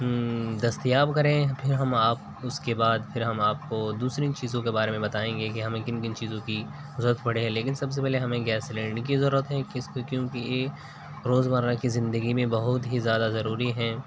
دستیاب کریں پھر ہم آپ اس کے بعد پھر ہم آپ کو دوسری چیزوں کے بارے میں بتائیں گے کہ ہمیں کن کن چیزوں کی ضرورت پڑے ہے لیکن سب سے پہلے ہمیں گیس سلنڈر کی ضرورت ہے کس کی کیونکہ روزمرہ کی زندگی میں بہت ہی زیادہ ضروری ہیں